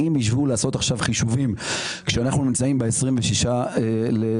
אם ישבו לעשות עכשיו חישובים כשאנחנו נמצאים ב-26 בדצמבר,